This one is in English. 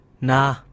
na